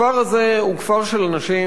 הכפר הזה הוא כפר של אנשים,